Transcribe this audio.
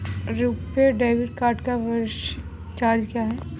RuPay debit card का वार्षिक charge क्या है?